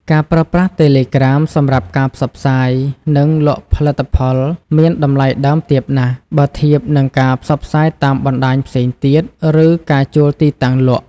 ការប្រើប្រាស់តេឡេក្រាមសម្រាប់ការផ្សព្វផ្សាយ និងលក់ផលិតផលមានថ្លៃដើមទាបណាស់ បើធៀបនឹងការផ្សព្វផ្សាយតាមបណ្ដាញផ្សេងទៀត ឬការជួលទីតាំងលក់។